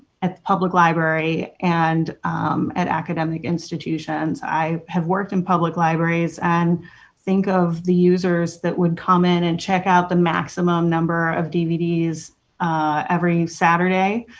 at public library, and at academic institutions. i have worked in public libraries, and think of the users that would come in and check out the maximum number of dvds every saturday.